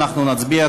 אנחנו נצביע,